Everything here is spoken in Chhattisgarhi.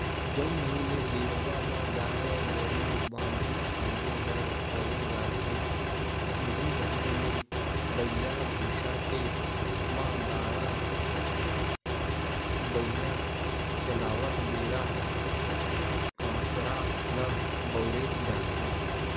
जउन ढंग ले गेरवा ल गाय गरु बांधे झांदे बर करे जाथे इहीं ढंग ले बइला भइसा के म गाड़ा बइला चलावत बेरा कांसरा ल बउरे जाथे